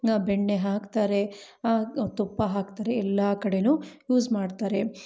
ನ ಬೆಣ್ಣೆ ಹಾಕ್ತಾರೆ ಆ ತುಪ್ಪ ಹಾಕ್ತಾರೆ ಎಲ್ಲ ಕಡೆ ಯೂಸ್ ಮಾಡ್ತಾರೆ